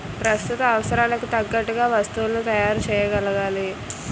ప్రస్తుత అవసరాలకు తగ్గట్టుగా వస్తువులను తయారు చేయగలగాలి